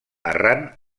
arran